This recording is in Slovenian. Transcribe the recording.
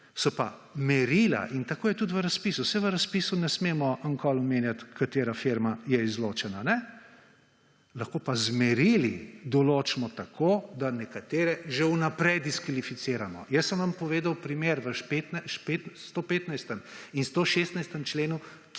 so pa merila. In tako je tudi v razpisu. Saj v razpisu ne smemo nikoli omenjati, katera firma je izločena, ne? Lahko pa z merili določimo tako, da nekatere že vnaprej diskvalificiramo. Jaz sem vam povedal primer v 48. TRAK (VI)